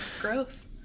Growth